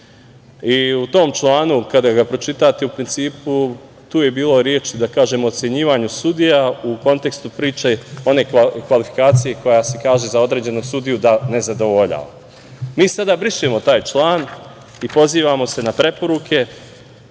U tom članu, kada ga pročitate, u principu je bilo reči, da kažem, ocenjivanje sudija u kontekstu one kvalifikacije koja se kaže za određenog sudiju da ne zadovoljava. Mi sada brišemo taj član i pozivamo se na preporuke